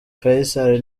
fayisali